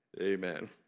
Amen